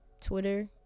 twitter